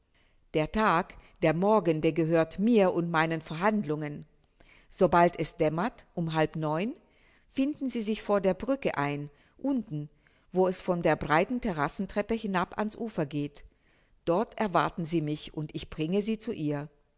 der tag der morgende gehört mir und meinen verhandlungen sobald es dämmert um halb neun uhr finden sie sich vor der brücke ein unten wo es von der breiten terassen treppe hinab an's ufer geht dort erwarten sie mich und ich bringe sie zu ihr